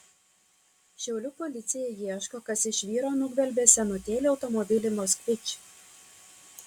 šiaulių policija ieško kas iš vyro nugvelbė senutėlį automobilį moskvič